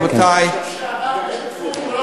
רבותי,